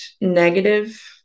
negative